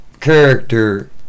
character